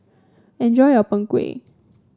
enjoy your Png Kueh